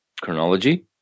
chronology